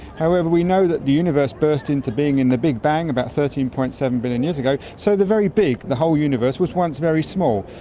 however, we know that the universe burst into being in the big bang about thirteen. seven billion years ago, so the very big, the whole universe, was once very small.